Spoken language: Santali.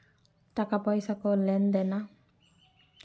ᱴᱟᱠᱟ ᱯᱚᱭᱥᱟ ᱠᱚ ᱞᱮᱱ ᱫᱮᱱᱟ